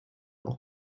auch